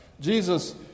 Jesus